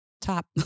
top